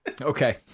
Okay